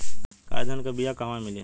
काला धान क बिया कहवा मिली?